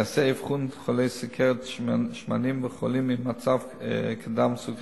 ייעשה אבחון חולי סוכרת שמנים וחולים עם מצב קדם-סוכרתי.